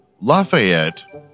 Lafayette